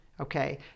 okay